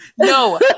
No